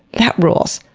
that rules.